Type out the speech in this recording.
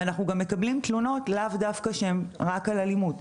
ואנחנו גם מקבלים תלונות לאו דווקא שהם רק על אלימות.